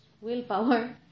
willpower